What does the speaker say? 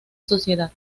sociedad